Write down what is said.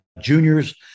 juniors